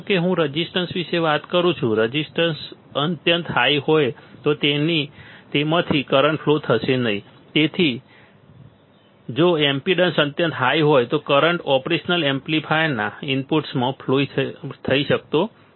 ધારો કે હું રેઝિસ્ટન્સ વિશે વાત કરું છું રેઝિસ્ટન્સ અત્યંત હાઈ હોય તો તેથી તેમાંથી કરંટ ફલો થશે નહીં તે જ રીતે જો ઇમ્પિડન્સ અત્યંત હાઈ હોય તો કરંટ ઓપરેશનલ એમ્પ્લીફાયરના ઇનપુટ્સમાં ફ્લો થઈ શકતો નથી